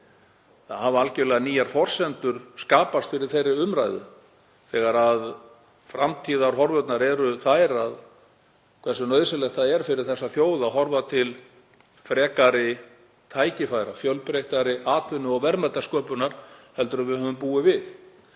Það hafa algerlega nýjar forsendur skapast fyrir þeirri umræðu þegar framtíðarhorfurnar eru þær hversu nauðsynlegt það er fyrir þessa þjóð að horfa til frekari tækifæra og fjölbreyttari atvinnu- og verðmætasköpunar en við höfum búið við.